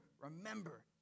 remember